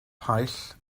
paill